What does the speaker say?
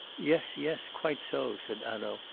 yes, yes. quite so, said hanaud.